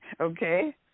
Okay